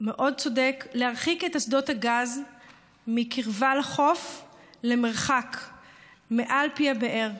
המאוד-צודק להרחיק את אסדות הגז מקרבה לחוף למרחק מעל פי הבאר.